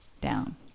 down